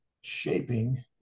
shaping